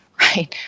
right